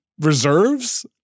reserves